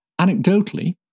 Anecdotally